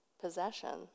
possession